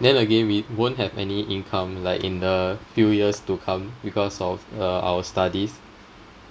then again we won't have any income like in the few years to come because of uh our studies